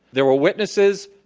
there are witnesses.